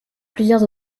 plusieurs